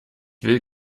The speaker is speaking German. will